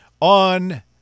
on